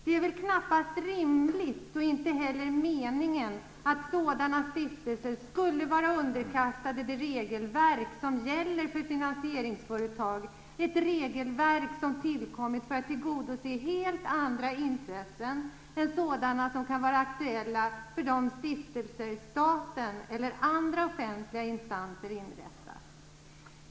Det är väl knappast rimligt - och inte heller meningen - att sådana stiftelser skulle vara underkastade det regelverk som gäller för finansieringsföretag, ett regelverk som tillkommit för att tillgodose helt andra intressen än sådana som kan vara aktuella för de stiftelser som staten eller andra offentliga instanser har inrättat.